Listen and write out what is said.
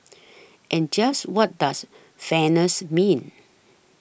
and just what does fairness mean